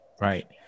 right